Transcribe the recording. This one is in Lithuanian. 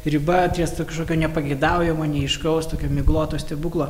riba ties ta kažkokio nepageidaujamo neaiškaus tokio migloto stebuklo